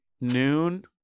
noon